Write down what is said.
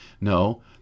No